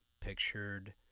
pictured